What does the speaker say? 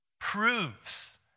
proves